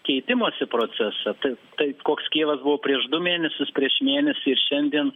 keitimosi procesą taip taip koks kijevas buvo prieš du mėnesius prieš mėnesį šiandien